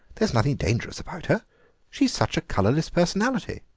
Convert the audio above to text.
there's nothing dangerous about her she's such a colourless personality.